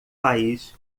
país